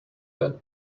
than